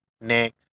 Next